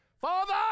Father